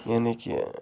یعنی کہِ